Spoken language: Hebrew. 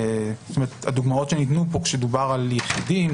הדוגמאות שנתנו פה כשדובר על יחידים,